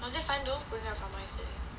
was it fine though put it on a wednesday